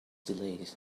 delayed